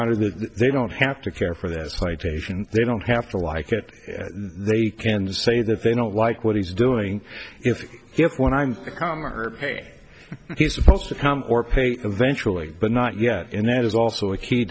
that they don't have to care for this flight asian they don't have to like it they can say that they don't like what he's doing if if when i'm calmer ok he's supposed to come or pay eventually but not yet and that is also a key